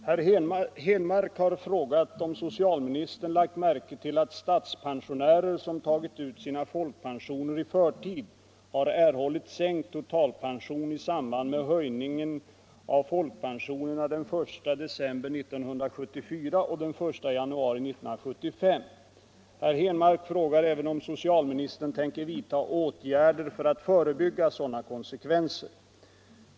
Herr talman! Herr Henmark har frågat om socialministern lagt märke till att statspensionärer som tagit ut sina folkpensioner i förtid har erhållit sänkt totalpension i samband med höjningen av folkpensionerna den 1 december 1974 och den 1 januari 1975. Herr Henmark frågar även om socialministern tänker vidta åtgärder för att förebygga sådana konsekvenser.